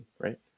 right